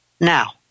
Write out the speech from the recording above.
Now